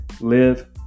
live